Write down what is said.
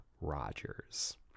Rogers